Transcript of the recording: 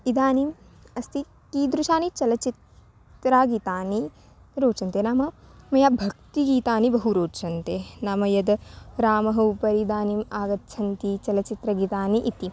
इदानीम् अस्ति कीदृशानि चलचित्रगीतानि रोचन्ते नाम मया भक्तिगीतानि बहु रोचन्ते नाम यद् रामः उपरि इदानीम् आगच्छन्ति चलचित्रगीतानि इति